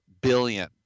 billion